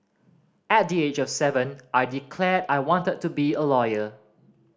at the age of seven I declared I wanted to be a lawyer